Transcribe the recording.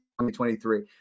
2023